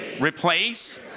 replace